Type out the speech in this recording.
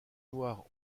noire